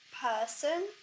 person